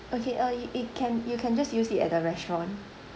okay uh it it can you can just use it at the restaurant